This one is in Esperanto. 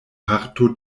parto